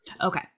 Okay